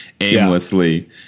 aimlessly